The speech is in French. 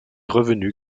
revenu